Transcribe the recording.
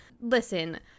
listen